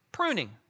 pruning